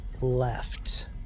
left